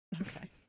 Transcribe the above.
Okay